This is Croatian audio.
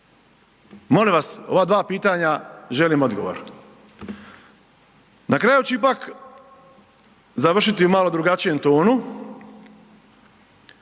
Molim vas ova na dva pitanja želim odgovor. Na kraju ću ipak završiti u malo drugačijem tonu,